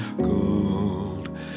gold